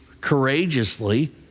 courageously